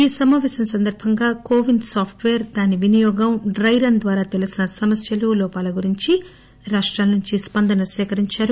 ఈ సమాపేశం సందర్బంగా కోవిడ్ సాప్ట్ పేర్ దాని వినియోగం డ్డె రన్ ద్వారా తెలీసిన సమస్యలు లోపాల గురించి రాప్రాలనుంచి స్పందనను సేకరించారు